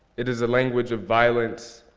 it is a language of violence,